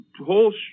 whole